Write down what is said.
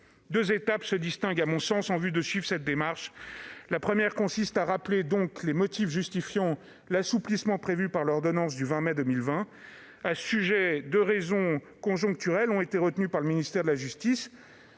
Deux étapes se distinguent, à mon sens, en vue de suivre cette démarche. La première consiste à rappeler les motifs qui justifient l'assouplissement prévu par l'ordonnance du 20 mai 2020. Deux raisons conjoncturelles ont été retenues par le ministère de la justice